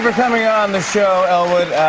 for coming on the show, elwood.